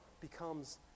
becomes